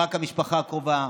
רק המשפחה הקרובה,